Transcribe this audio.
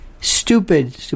stupid